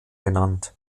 genannt